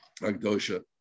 Agdosha